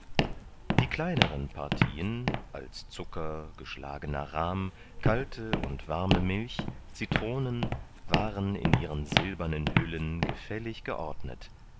die kleineren partien als zucker geschlagener rahm kalte und warme milch zitronen waren in ihren silbernen hüllen gefällig geordnet